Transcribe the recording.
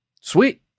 Sweet